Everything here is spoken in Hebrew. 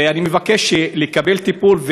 ואני מבקש לקבל טיפול,